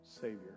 Savior